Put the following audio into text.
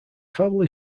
family